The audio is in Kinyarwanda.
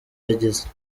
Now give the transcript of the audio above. yagize